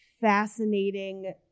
fascinating